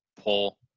pull